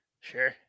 sure